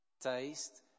Taste